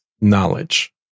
knowledge